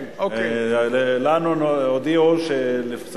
אה, עוד לא ספרת אותי.